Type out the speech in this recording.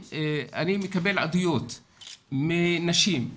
אני מקבל עדויות מנשים,